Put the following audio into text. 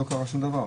לא קרה שום דבר.